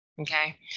Okay